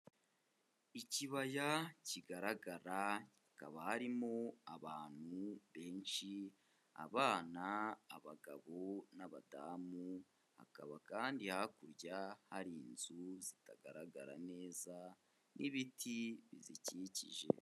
Ikibaya kigaragara, hakaba harimo abantu benshi, abana, abagabo n'abadamu, hakaba kandi hakurya hari inzu zitagaragara neza n'ibiti bizikikije.